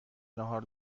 ناهار